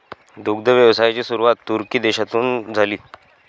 दुग्ध व्यवसायाची सुरुवात तुर्की देशातून झाली